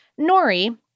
Nori